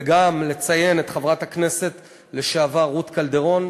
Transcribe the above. וגם לציין את חברת הכנסת לשעבר רות קלדרון,